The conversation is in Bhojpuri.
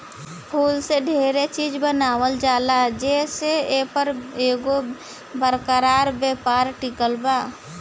फूल से डेरे चिज बनावल जाला जे से एपर एगो बरका व्यापार टिकल बा